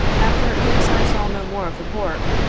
after this i saw no more of the pork,